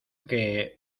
que